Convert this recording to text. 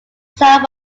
sound